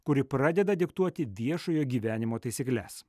kuri pradeda diktuoti viešojo gyvenimo taisykles